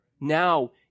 now